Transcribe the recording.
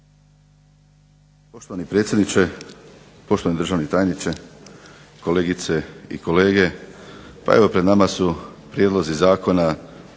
Poštovani predsjedniče, poštovani državni tajniče, kolegice i kolege. Pa evo pred nama su prijedlozi zakona